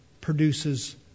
produces